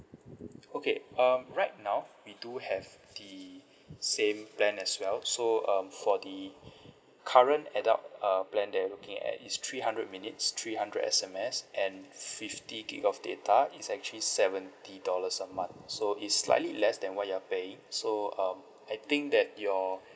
okay um right now we do have the same plan as well so um for the current adult um plan that you're looking at is three hundred minutes three hundred S_M_S and fifty gig of data is actually seventy dollars a month so it's slightly less than what you're paying so um I think that your